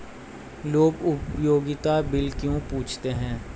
लोग उपयोगिता बिल क्यों पूछते हैं?